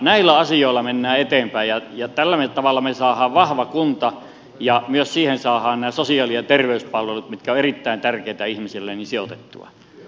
näillä asioilla mennään eteenpäin ja tällä tavalla me saamme vahvan kunnan ja siihen saadaan myös nämä sosiaali ja terveyspalvelut mitkä ovat erittäin tärkeitä ihmisille sijoitettua